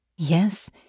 Yes